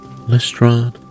Lestrade